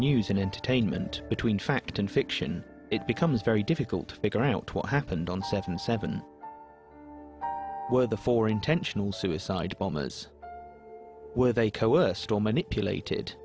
news and entertainment between fact and fiction it becomes very difficult to ground what happened on seven seven where the four intentional suicide bombers were they coerced or manipulated